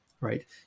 right